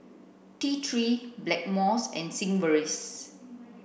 T three Blackmores and Sigvaris